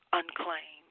unclaimed